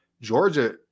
Georgia